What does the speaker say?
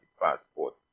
passport